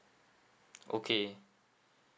okay